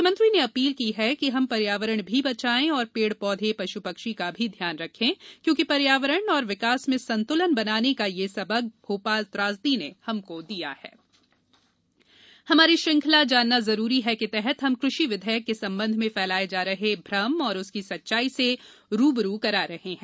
म्ख्यमंत्री ने अपील की कि हम पर्यावरण भी बचाएं और पेड़ पौधे पश् पक्षी का भी ध्यान रखें क्योंकि पर्यावरण और विकास में संत्रलन बनाने का ये सबक भोपाल त्रासदी ने हमको दिया है जानना जरूरी है हमारी श्रृंखला जानना जरूरी है के तहत हम कृषि विधेयक के संबंध में फैलाए जा रहे भ्रम और उसकी सच्चाई से रू ब रू करा रहे हैं